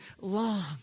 long